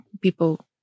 people